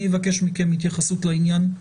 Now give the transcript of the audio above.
אני אבקש מכם התייחסות לעניין הזה.